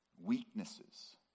Weaknesses